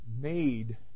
made